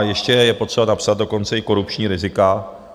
Ještě je potřeba napsat dokonce i korupční rizika.